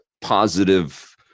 positive